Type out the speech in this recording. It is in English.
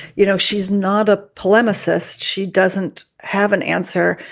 you know, she's not a polemicist. she doesn't have an answer.